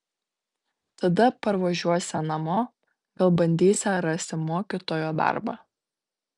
tada parvažiuosią namo gal bandysią rasti mokytojo darbą